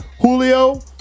Julio